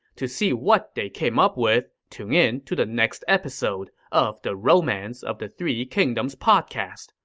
to see what they came up with, tune in to the next episode of the romance of the three kingdoms podcast.